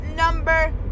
Number